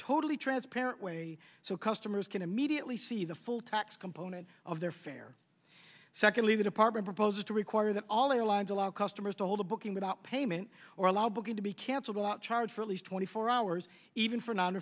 totally transparent way so customers can immediately see the full tax component of their fare secondly the department proposes to require that all airlines allow customers to hold a booking without payment or allow booking to be canceled out charge for at least twenty four hours even for non